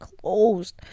closed